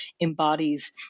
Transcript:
embodies